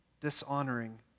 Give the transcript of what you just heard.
dishonoring